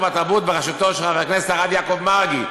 והתרבות בראשותו של חבר הכנסת הרב יעקב מרגי.